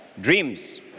dreams